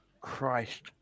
Christ